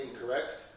correct